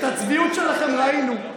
את הצביעות שלכם ראינו.